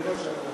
זה מה שאת אומרת.